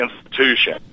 institution